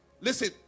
Listen